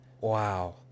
Wow